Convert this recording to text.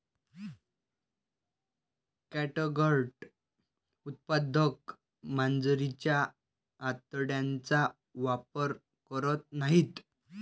catgut उत्पादक मांजरीच्या आतड्यांचा वापर करत नाहीत